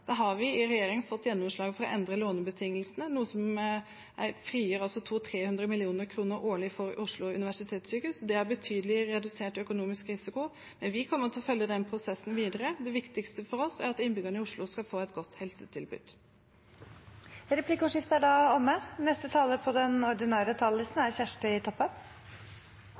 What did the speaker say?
pasientbehandlingen. Vi har i regjering fått gjennomslag for å endre lånebetingelsene, noe som frigir 200 mill. kr–300 mill. kr årlig for Oslo universitetssykehus. Det har redusert den økonomiske risikoen betydelig. Vi kommer til å følge den prosessen videre. Det viktigste for oss er at innbyggerne i Oslo skal få et godt helsetilbud. Replikkordskiftet er omme.